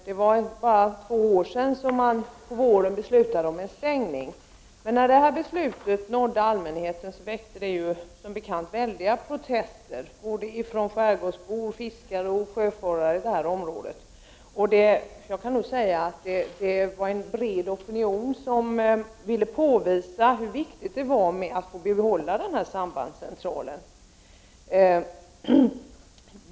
Det var bara två år sedan som beslut om en stängning fattades, men när beslutet nådde allmänheten väckte det som bekant väldiga protester, från både skärgårdsbor, fiskare och sjöfarare i området. En bred opinion ville påvisa hur viktigt det var att behålla sambandscentralen.